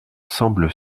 semble